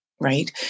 right